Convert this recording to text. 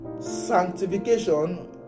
Sanctification